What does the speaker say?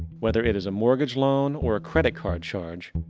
whether it is a mortgage loan or a credit card charge,